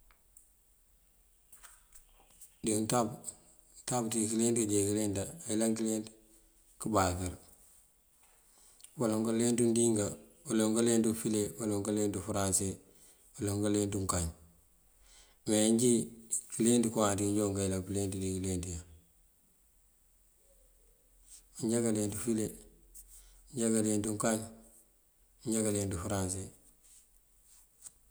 Dí untab, untab ţí kёleenţ inje kёleenţa ayëlan këleenţ ngëbáakër: baloŋ kaleenţ undingá, baloŋ kaleenţ ufule, baloŋ kaleenţ ufëranse, baloŋ kaleenţ unkañ. Me njí kёleenţ ngëwáanţ injoon këyëlan këleenţ dí ileeenţ yaŋ: manjá këleenţ ufule, manjá këleenţ unkañ, manjá këleenţ ufëranse.